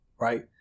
right